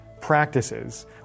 practices